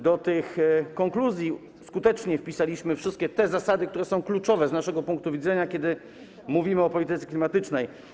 Do tych konkluzji skutecznie wpisaliśmy wszystkie te zasady, które są kluczowe z naszego punktu widzenia, kiedy mówimy o polityce klimatycznej.